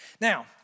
Now